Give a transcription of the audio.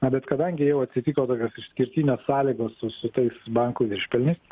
na bet kadangi jau atsitiko tokios išskirtinės sąlygos su su tais bankų viršpelniais